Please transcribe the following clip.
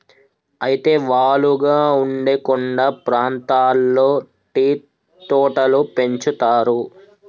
అయితే వాలుగా ఉండే కొండ ప్రాంతాల్లో టీ తోటలు పెంచుతారు